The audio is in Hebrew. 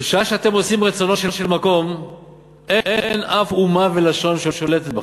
בשעה שאתם עושים רצונו של מקום אין אף אומה ולשון שולטת בכם,